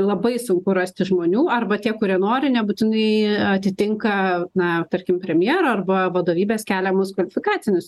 labai sunku rasti žmonių arba tie kurie nori nebūtinai atitinka na tarkim premjero arba vadovybės keliamus kvalifikacinius